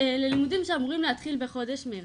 ללימודים שאמורים להתחיל בחודש מרץ.